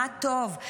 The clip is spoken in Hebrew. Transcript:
מה טוב,